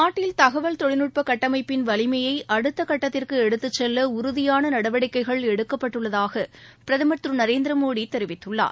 நாட்டீல் தகவல் தொழில்நுட்பகட்டமைப்பின் வலிமையைஅடுத்தகட்டத்திற்குஎடுத்துச்செல்லஉறுதியானநடவடிக்கைகள் எடுக்கப்பட்டுள்ளதாகபிரதமர் திருநரேந்திரமோடிதெரிவித்துள்ளார்